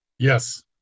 Yes